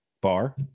bar